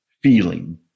feeling